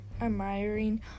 admiring